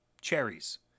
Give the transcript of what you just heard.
cherries